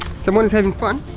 someone is having fun.